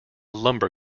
lumber